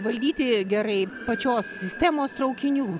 valdyti gerai pačios sistemos traukinių